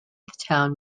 town